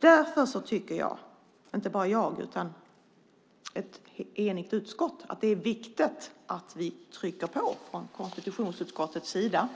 Därför tycker ett enigt utskott att det är viktigt att vi i konstitutionsutskottet trycker på